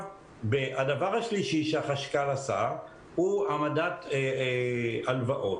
הדבר השלישי שהחשכ"ל עשה הוא העמדת הלוואות.